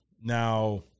now